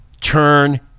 turn